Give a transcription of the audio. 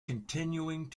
continuing